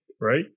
Right